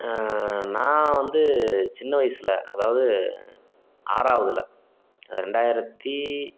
நான் வந்து சின்ன வயசில் அதாவது ஆறாவதில் ரெண்டாயிரத்தி